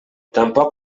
tampoc